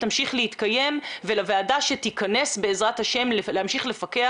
תמשיך להתקיים ולוועדה שתיכנס בעזרת השם ותמשיך לפקח.